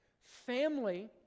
Family